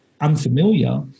unfamiliar